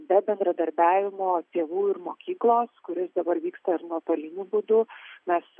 be bendradarbiavimo tėvų ir mokyklos kuris dabar vyksta ir nuotoliniu būdu mes